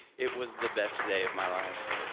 it was the best day of my life.